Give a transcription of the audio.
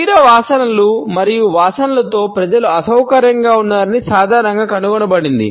శరీర వాసనలు మరియు వాసనలతో ప్రజలు అసౌకర్యంగా ఉన్నారని సాధారణంగా కనుగొనబడింది